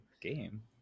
game